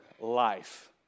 life